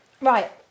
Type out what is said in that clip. Right